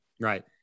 Right